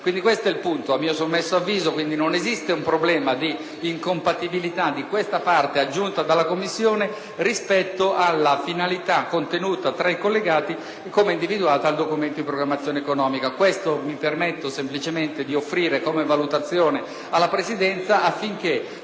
individui. Questo, a mio sommesso avviso, è il punto. Quindi, non esiste un problema di incompatibilità di questa parte aggiunta dalle Commissioni rispetto alla finalità contenuta tra i collegati, come individuata dal Documento di programmazione economico-finanziaria. Mi permetto semplicemente di offrire queste considerazioni alla Presidenza, affinché